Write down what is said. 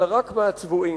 אלא רק מן הצבועים